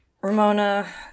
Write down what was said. ramona